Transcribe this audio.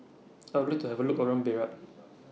I Would like to Have A Look around Beirut